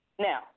Now